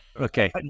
Okay